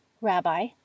Rabbi